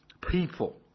people